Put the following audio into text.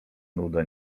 nuda